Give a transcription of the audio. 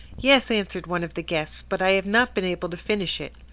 yes, answered one of the guests, but i have not been able to finish it.